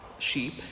sheep